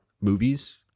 movies